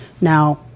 Now